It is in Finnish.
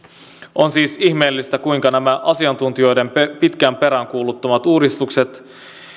on siis ihmeellistä kuinka nämä asiantuntijoiden pitkään peräänkuuluttamat uudistukset